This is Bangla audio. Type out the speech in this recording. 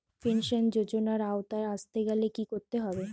পেনশন যজোনার আওতায় আসতে গেলে কি করতে হবে?